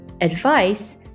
advice